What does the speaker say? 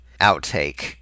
outtake